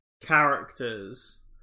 characters